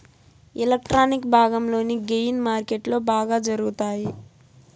electronic భాగంలోని gain మార్కెట్లో బాగా జరుగుతాయి